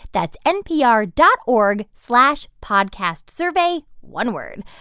that's npr dot org slash podcastsurvey one word.